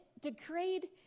degrade